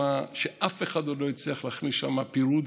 שאף אחד עוד לא הצליח להכניס שם פירוד.